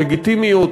לגיטימיות,